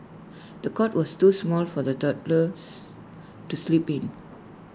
the cot was too small for the toddlers to sleep in